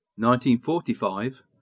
1945